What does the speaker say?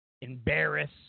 embarrass